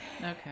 okay